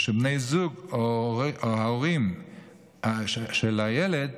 ושבני זוג או ההורים של הילד